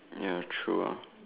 ya true ah